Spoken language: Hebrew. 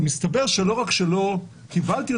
מסתבר שלא רק שלא קיבלתי,